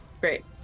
great